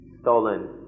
stolen